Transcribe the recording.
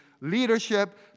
leadership